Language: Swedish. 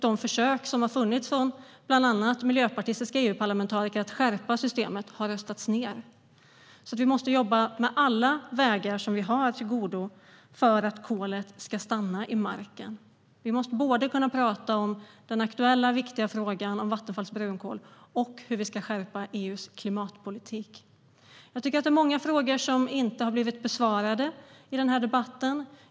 De försök som har funnits från bland andra miljöpartistiska EU-parlamentariker att skärpa systemet har röstats ned. Vi måste jobba med alla vägar som vi har för att kolet ska stanna i marken. Vi måste kunna prata både om den aktuella, viktiga frågan om Vattenfalls brunkol och om hur vi ska skärpa EU:s klimatpolitik. Det är många frågor som inte har blivit besvarade i debatten.